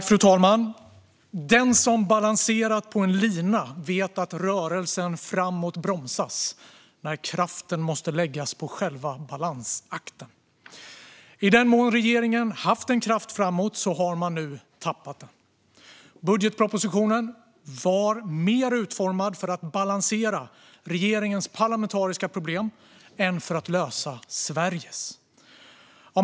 Fru talman! Den som balanserat på en lina vet att rörelsen framåt bromsas när kraften måste läggas på själva balansakten. I den mån regeringen har haft en kraft framåt har man nu tappat den. Budgetpropositionen var mer utformad för att balansera regeringens parlamentariska problem än för att lösa Sveriges.